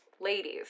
Ladies